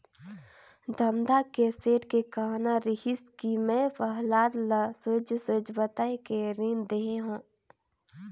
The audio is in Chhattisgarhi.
धमधा के सेठ के कहना रहिस कि मैं पहलाद ल सोएझ सोएझ बताये के रीन देहे हो